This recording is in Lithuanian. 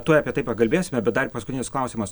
tuoj apie tai pakalbėsime bet dar paskutinis klausimas